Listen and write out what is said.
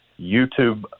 YouTube